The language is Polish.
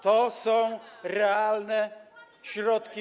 To są realne środki.